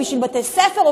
או בשביל בתי ספר,